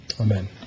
Amen